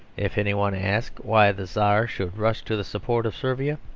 if any one ask why the czar should rush to the support of servia,